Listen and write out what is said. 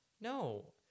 No